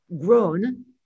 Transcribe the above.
grown